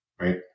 right